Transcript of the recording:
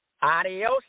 Adios